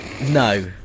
No